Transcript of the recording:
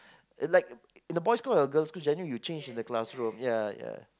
it like in the boy school or girl school you all change in the classroom yeah yeah